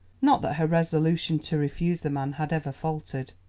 not that her resolution to refuse the man had ever faltered.